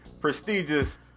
prestigious